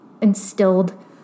instilled